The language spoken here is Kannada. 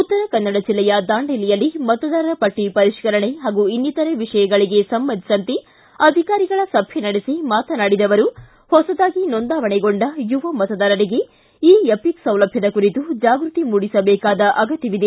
ಉತ್ತರಕನ್ನಡ ಜಿಲ್ಲೆಯ ದಾಂಡೇಲಿಯಲ್ಲಿ ಮತದಾರರ ಪಟ್ಟ ಪರಿಷ್ಠರಣೆ ಹಾಗೂ ಇನ್ನಿತರೆ ವಿಷಯಗಳಿಗೆ ಸಂಬಂಧಿಸಿದಂತೆ ಅಧಿಕಾರಿಗಳ ಸಭೆ ನಡೆಸಿ ಮಾತನಾಡಿದ ಅವರು ಹೊಸದಾಗಿ ನೊಂದಾವಣೆಗೊಂಡ ಯುವ ಮತದಾರರಿಗೆ ಇ ಎಪಿಕ್ ಸೌಲಭ್ಯದ ಕುರಿತು ಜಾಗೃತಿ ಮೂಡಿಸಬೇಕಾದ ಅಗತ್ಯವಿದೆ